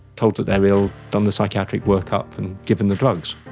told that they are ill, done the psychiatric workup and given the drugs.